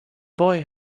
boy